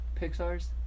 Pixar's